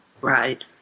Right